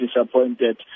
disappointed